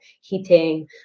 heating